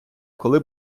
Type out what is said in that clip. коли